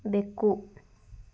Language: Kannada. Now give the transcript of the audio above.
ಬೆಕ್ಕು